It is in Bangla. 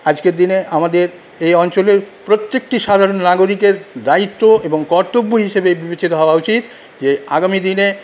আজকের দিনে আমাদের এই অঞ্চলের প্রত্যেকটি সাধারণ নাগরিকের দায়িত্ব এবং কর্তব্য হিসাবে বিবেচিত হওয়া উচিত যে আগামীদিনে